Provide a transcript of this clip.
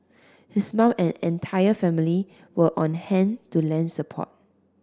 his mum and entire family were on hand to lend support